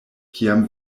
kiam